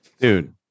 dude